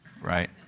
right